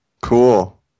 Cool